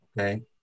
Okay